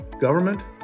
government